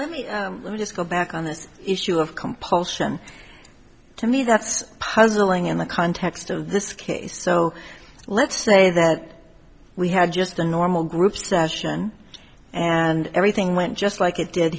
potts let me just go back on the issue of compulsion to me that's puzzling in the context of this case so let's say that we had just a normal group session and everything went just like it did